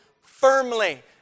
firmly